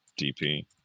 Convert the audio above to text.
DP